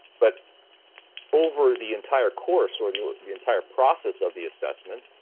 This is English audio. but over the entire course or the the entire process of the assessment,